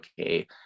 okay